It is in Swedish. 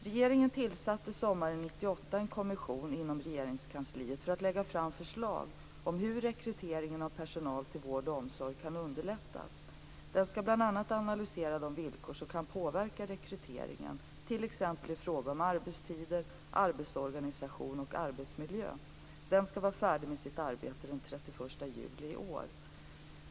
Regeringen tillsatte sommaren 1998 en kommission inom Regeringskansliet för att lägga fram förslag om hur rekryteringen av personal till vård och omsorg kan underlättas. Den skall bl.a. analysera de villkor som kan påverka rekryteringen, t.ex. i fråga om arbetstider, arbetsorganisation och arbetsmiljö. Kommissionen skall vara färdig med sitt arbete den 31 juli i år.